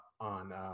on